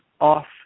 off